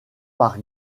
par